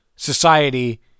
society